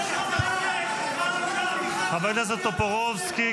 --- חבר הכנסת טופורובסקי,